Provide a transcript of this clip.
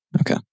Okay